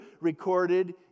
recorded